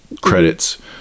credits